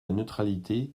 neutralité